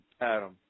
Adam